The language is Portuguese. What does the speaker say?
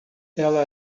ela